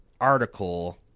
article –